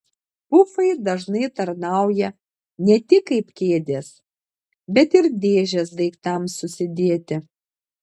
pufai dažnai tarnauja ne tik kaip kėdės bet ir dėžės daiktams susidėti